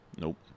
nope